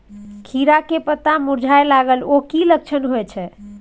खीरा के पत्ता मुरझाय लागल उ कि लक्षण होय छै?